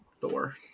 Thor